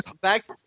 back